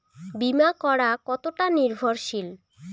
বীমা করা কতোটা নির্ভরশীল?